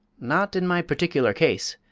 not in my particular case.